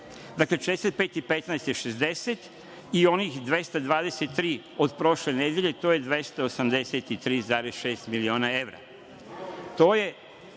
Dakle, 45 i 15 je 60 i onih 223 od prošle nedelje, to je 283,6 miliona evra.